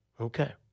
Okay